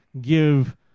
give